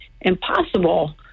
impossible